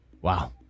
Wow